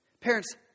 Parents